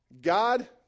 God